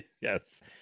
Yes